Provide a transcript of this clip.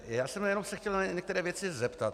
Já jsem se jenom chtěl na některé věci zeptat.